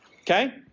Okay